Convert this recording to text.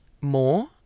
more